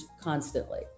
constantly